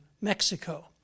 Mexico